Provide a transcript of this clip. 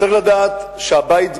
צריך לדעת שהבית גדול.